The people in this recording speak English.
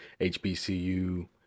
HBCU